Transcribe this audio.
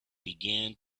began